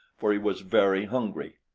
for he was very hungry.